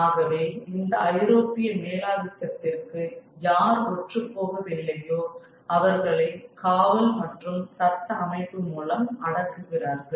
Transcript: ஆகவே இந்த ஐரோப்பிய மேலாதிக்கத்திற்கு யார் ஒற்று போகவில்லையோ அவர்களை காவல் மற்றும் சட்ட அமைப்பு மூலம் அடக்குகிறார்கள்